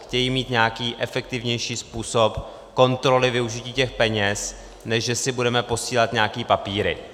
Chtějí mít nějaký efektivnější způsob kontroly využití těch peněz, ne že si budeme posílat nějaké papíry.